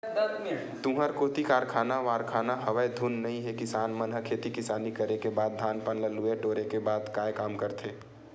तुँहर कोती कारखाना वरखाना हवय धुन नइ हे किसान मन ह खेती किसानी करे के बाद धान पान ल लुए टोरे के बाद काय काम करथे?